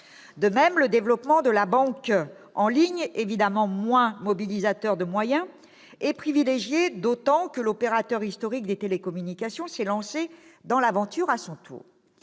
De même, le développement de la banque en ligne, évidemment moins mobilisateur de moyens, est privilégié, d'autant que l'opérateur historique des télécommunications s'est lancé dans l'aventure à son tour.